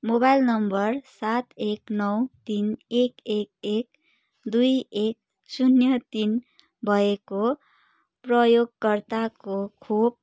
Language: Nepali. मोबाइल नम्बर सात एक नौ तिन एक एक एक दुई एक शून्य तिन भएको प्रयोगकर्ताको खोप